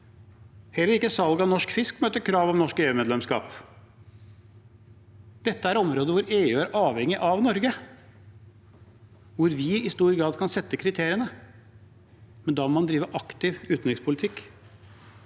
Heller ikke salg av norsk fisk møter krav om norsk EU-medlemskap. Dette er områder hvor EU er avhengig av Norge, hvor vi i stor grad kan sette kriteriene, men da må man drive aktiv utenrikspolitikk.